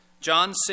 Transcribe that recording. John